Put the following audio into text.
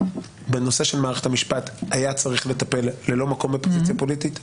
בנושא של מערכת המשפט היה צריך לטפל ללא מקום ל --- פוליטית.